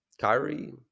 Kyrie